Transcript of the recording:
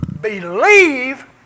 believe